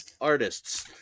artists